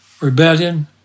rebellion